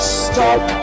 stop